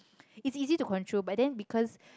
it's easy to control but then because